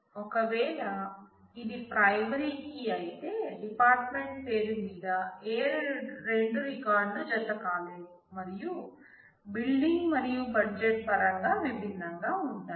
ఒకవేళ ఇది ప్రాథమిక కీ అయితే డిపార్ట్ మెంట్ పేరుమీద ఏ రెండు రికార్డులు జత కాలేవు మరియు బిల్డింగ్ మరియు బడ్జెట్ పరంగా విభిన్నంగా ఉంటాయి